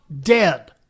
dead